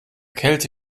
kälte